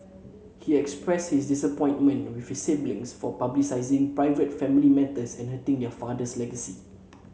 he expressed his disappointment with his siblings for publicising private family matters and hurting their father's legacy